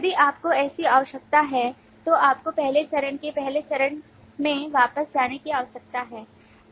यदि आपको ऐसी आवश्यकता है तो आपको पहले चरण के पहले चरण में वापस जाने की आवश्यकता है